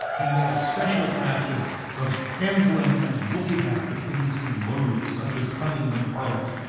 he made a special practice of handling and looking at the things he loathed, such as honey and garlic,